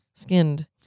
Skinned